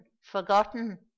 forgotten